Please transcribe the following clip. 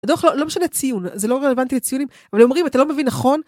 לא משנה הציון, זה לא רלוונטי לציונים, אבל אומרים, אתה לא מבין, נכון?